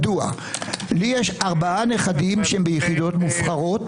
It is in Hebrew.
למה, לי יש ארבעה נכדים ביחידות מובחרות.